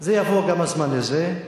זה יבוא גם, הזמן הזה.